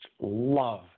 love